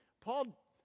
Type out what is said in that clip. Paul